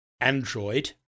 Android